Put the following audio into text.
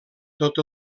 tot